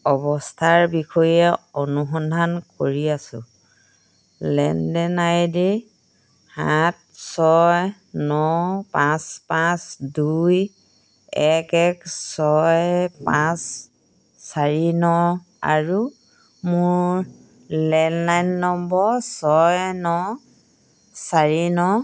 অৱস্থাৰ বিষয়ে অনুসন্ধান কৰি আছো লেনদেন আই ডি সাত ছয় ন পাঁচ পাঁচ দুই এক এক ছয় পাঁচ চাৰি ন আৰু মোৰ লেণ্ডলাইন নম্বৰ ছয় ন চাৰি ন